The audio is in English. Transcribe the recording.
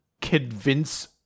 convince